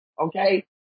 okay